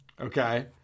Okay